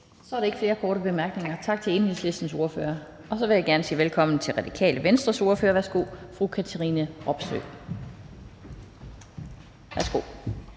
Så er der ikke flere korte bemærkninger. Tak til Enhedslistens ordfører. Og så vil jeg gerne sige velkommen til Radikale Venstres ordfører. Værsgo, fru Katrine Robsøe. Kl.